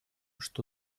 что